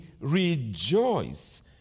rejoice